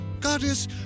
Goddess